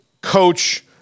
coach